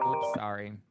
Sorry